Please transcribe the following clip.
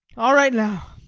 all right now.